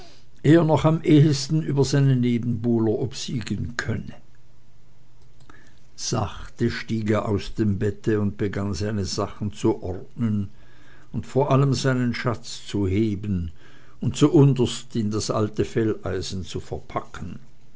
er noch am ehesten über seine nebenbuhler obsiegen könne sachte stieg er aus dem bette und begann seine sachen zu ordnen und vor allem seinen schatz zu heben und zuunterst in das alte felleisen zu verpacken